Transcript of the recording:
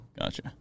Gotcha